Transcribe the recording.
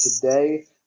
today